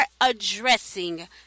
addressing